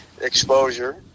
exposure